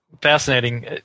fascinating